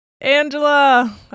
Angela